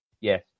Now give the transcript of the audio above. yes